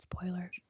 Spoiler